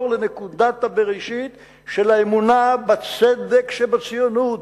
לנקודת הבראשית של האמונה בצדק שבציונות,